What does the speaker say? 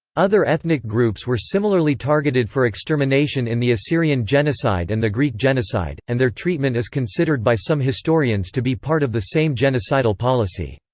other ethnic groups were similarly targeted for extermination in the assyrian genocide and the greek genocide, and their treatment is considered by some historians to be part of the same genocidal policy.